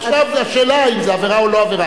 עכשיו השאלה היא אם זה עבירה או לא עבירה.